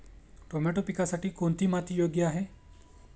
Tomato पिकासाठी कोणती माती योग्य आहे?